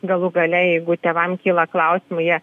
galų gale jeigu tėvam kyla klausimaijie